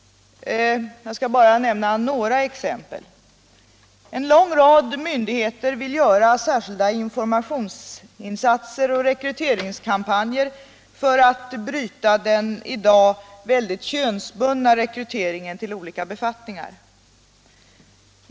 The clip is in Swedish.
Jag skall bara nämna några exempel. En lång rad myndigheter vill göra särskilda informationsinsatser och rekryteringskampanjer för att bryta den i dag väldigt könsbundna rekryteringen till olika befattningar.